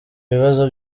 ibibazo